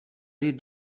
did